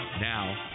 Now